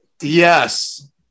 Yes